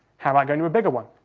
how about going to a bigger one.